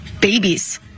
babies